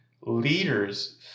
leaders